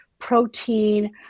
protein